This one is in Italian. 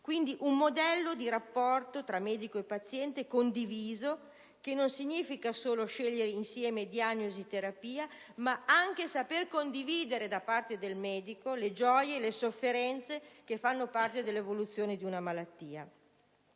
di un modello di rapporto tra medico e paziente condiviso, che non significa solo scegliere insieme diagnosi e terapia, ma anche saper condividere, da parte del medico, le gioie e le sofferenze che fanno parte dell'evoluzione di una malattia.